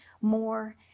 more